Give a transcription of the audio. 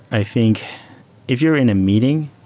i think if you're in a meeting,